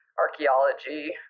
archaeology